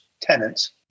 tenants